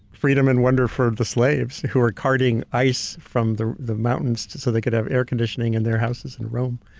freedom and wonder for the slaves who were carting ice from the the mountains so they could have air conditioning in their houses in rome.